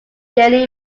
daily